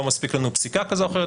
לא מספיק לנו פסיקה כזו או אחרת,